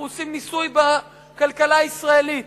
אנחנו עושים ניסוי בכלכלה הישראלית.